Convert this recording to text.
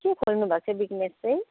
के खोल्नु भाएको बिजनेस चाहिँ